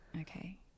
Okay